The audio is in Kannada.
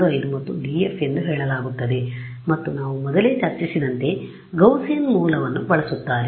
15 ಮತ್ತು df ಎಂದು ಹೇಳಲಾಗುತ್ತದೆ ಮತ್ತು ನಾವು ಮೊದಲೇ ಚರ್ಚಿಸಿದಂತೆ ಗೌಸಿಯನ್ ಮೂಲವನ್ನು ಬಳಸುತ್ತಾರೆ